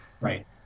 Right